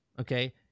okay